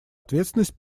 ответственность